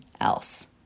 else